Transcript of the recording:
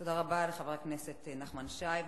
תודה רבה לחבר הכנסת נחמן שי.